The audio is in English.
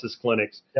clinics